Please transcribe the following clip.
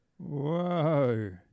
Whoa